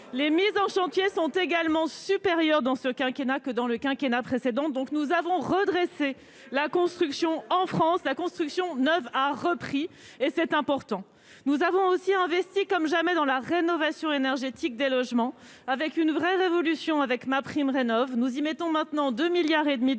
les mises en chantier sont également supérieurs dans ce quinquennat que dans le quinquennat précédent, donc nous avons redressé la construction en France, la construction neuve a repris et c'est important, nous avons aussi investi comme jamais dans la rénovation énergétique des logements avec une vraie révolution avec ma prime rénovent nous y mettons maintenant 2 milliards et demi